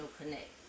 connect